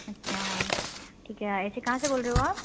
अच्छा ठीक है ऐसे कहाँ से बोल रहे हो आप